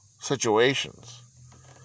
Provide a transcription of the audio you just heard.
situations